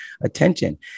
attention